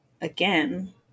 again